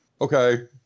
Okay